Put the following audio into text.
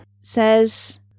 says